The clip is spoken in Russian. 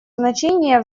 значение